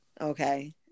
Okay